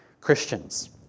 Christians